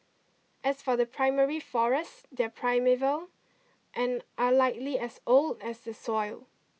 as for the primary forest they're primeval and are likely as old as the soil